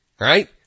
right